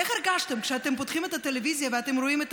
איך הרגשתם כשאתם פותחים את הטלוויזיה ואתם רואים את